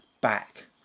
Back